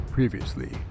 Previously